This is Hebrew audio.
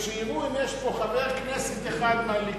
ושיראו אם יש פה חבר כנסת אחד מהליכוד,